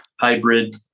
hybrid